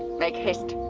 make haste.